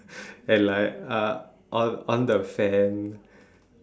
and like uh on on the fan